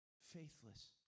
faithless